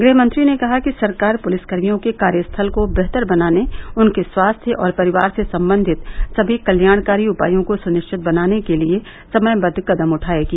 गृहमंत्री ने कहा कि सरकार पुलिसकर्मियों के कार्य स्थल को बेहतर बनाने उनके स्वास्थ्य और परिवार से संबंधित सभी कल्याणकारी उपायों को सुनिश्चित बनाने के लिए समयबद्ध कदम उठायेगी